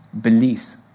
beliefs